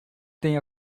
tem